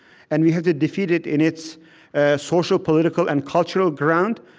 and we have to defeat it in its ah social, political, and cultural ground.